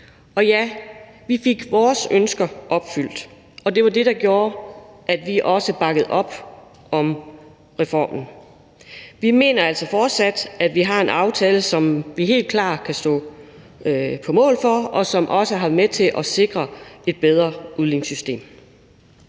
Og ja, vi fik vores ønsker opfyldt, og det var det, der gjorde, at vi også bakkede op om reformen. Vi mener altså fortsat, at vi har en aftale, som vi helt klart kan stå på mål for, og som også har været med til at sikre et bedre udligningssystem.